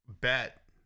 bet